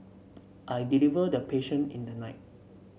I delivered the patient in the night